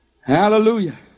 Hallelujah